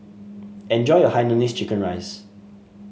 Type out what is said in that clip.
enjoy your Hainanese Curry Rice